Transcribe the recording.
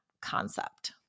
concept